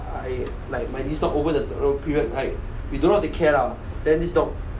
I like my not over the period right we don't know how to care lah then this dog